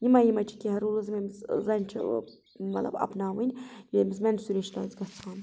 یِمے یِمے چھِ کینٛہہ روٗلٕز یِم أمِس زَنہِ چھِ مطلب اَپاوٕنۍ ییٚلہِ أمِس مینسُریشنَس گَژھان